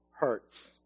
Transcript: hurts